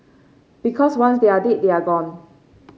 because once they're dead they're gone